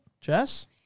Jess